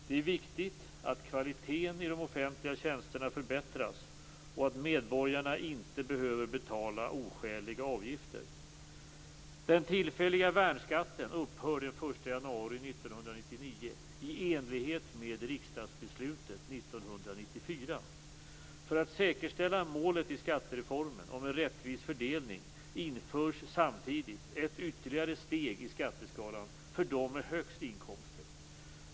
Det är viktigt att kvaliteten i de offentliga tjänsterna förbättras och att medborgarna inte behöver betala oskäliga avgifter. 1999 i enlighet med riksdagsbeslutet 1994. För att säkerställa målet i skattereformen om en rättvis fördelning införs samtidigt ett ytterligare steg i skatteskalan för dem med de högsta inkomsterna.